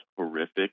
horrific